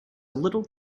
little